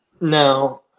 No